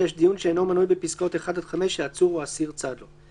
(6)דיון שאינו מנוי בפסקאות (1) עד (5) שעצור או אסיר צד לו.